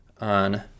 on